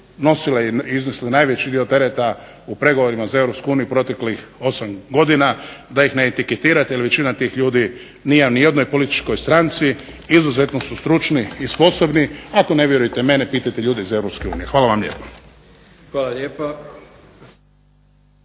nosile, iznesli najveći dio tereta u pregovorima za Europsku uniju proteklih 8 godina da ih ne etiketirate jer većina tih ljudi nije ni u jednoj političkoj stranci, izuzetno su stručni i sposobni. Ako ne vjerujete meni, pitajte ljude iz Europske unije. Hvala vam lijepa.